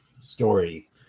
story